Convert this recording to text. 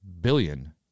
billion